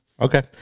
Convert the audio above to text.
Okay